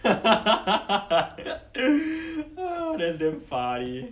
oh that's damn funny